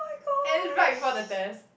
and right before the test